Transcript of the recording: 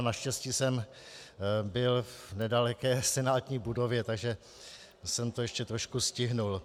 Naštěstí jsem byl v nedaleké senátní budově, takže jsem to ještě trošku stihl.